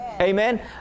Amen